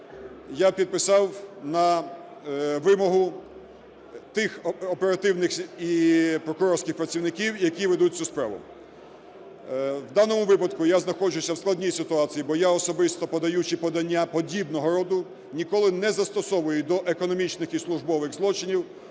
я підписав на вимогу тих оперативних і прокурорських працівників, які ведуть цю справу. В даному випадку я знаходжусь в складній ситуації, бо я особисто, подаючи подання подібного роду, ніколи не застосовую до економічних і службових злочинів